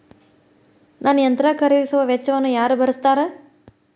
ನನ್ನ ಯಂತ್ರ ಖರೇದಿಸುವ ವೆಚ್ಚವನ್ನು ಯಾರ ಭರ್ಸತಾರ್?